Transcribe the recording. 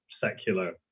secular